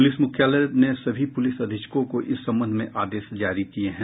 police मुख्यालय ने सभी पुलिस अधीक्षकों को इस संबंध में आदेश जारी किये हैं